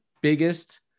biggest